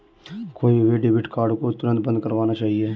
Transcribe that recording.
खोये हुए debit card को तुरंत बंद करवाना चाहिए